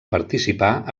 participar